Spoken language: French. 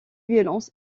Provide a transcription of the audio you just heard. violence